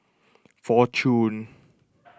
fortune